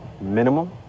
minimum